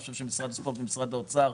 אני חושב שמשרד הספורט ומשרד האוצר,